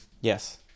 Yes